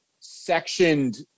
sectioned